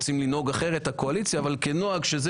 אם הקואליציה רוצה לנהוג אחרת